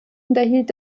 unterhielt